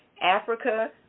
Africa